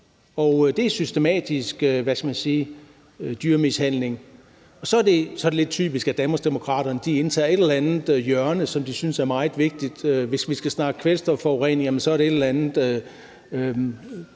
man sige, dyremishandling. Og så er det typisk, at Danmarksdemokraterne indtager et eller andet hjørne, som de synes er meget vigtigt; hvis vi skal snakke om kvælstofforurening, er det et eller andet